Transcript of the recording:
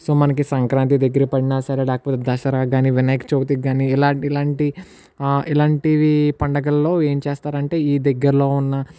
so మనకి సంక్రాంతి దగ్గర పడిన సరే లేకపోతే దసరాకి కానీ వినాయక చవితికి కానీ ఇలాంటి ఇలాంటి ఇలాంటివి పండుగల్లో ఏం చేస్తారు అంటే ఈ దగ్గరలో ఉన్న